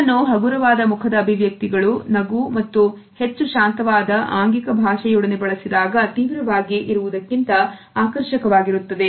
ಇದನ್ನು ಹಗುರವಾದ ಮುಖದ ಅಭಿವ್ಯಕ್ತಿಗಳು ನಗು ಮತ್ತು ಹೆಚ್ಚು ಶಾಂತವಾದ ಆಂಗಿಕ ಭಾಷೆಯೊಡನೆ ಬಳಸಿದಾಗ ತೀವ್ರವಾಗಿ ಇರುವುದಕ್ಕಿಂತ ಆಕರ್ಷಕವಾಗಿರುತ್ತದೆ